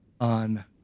on